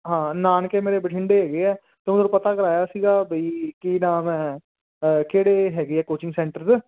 ਹਾਂ ਨਾਨਕੇ ਮੇਰੇ ਬਠਿੰਡੇ ਹੈਗੇ ਹੈ ਤਾਂ ਉੱਧਰ ਪਤਾ ਕਰਵਾਇਆ ਸੀਗਾ ਬਈ ਕੀ ਨਾਮ ਹੈ ਕਿਹੜੇ ਹੈਗੇ ਹੈ ਕੋਚਿੰਗ ਸੈਂਟਰਸ